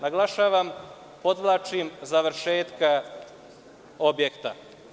Naglašavam i podvlačim reči – završetka objekta.